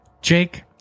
Jake